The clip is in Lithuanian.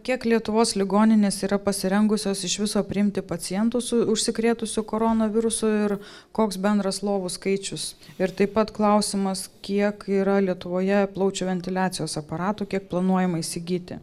kiek lietuvos ligoninės yra pasirengusios iš viso priimti pacientų su užsikrėtusiu koronavirusu ir koks bendras lovų skaičius ir taip pat klausimas kiek yra lietuvoje plaučių ventiliacijos aparatų kiek planuojama įsigyti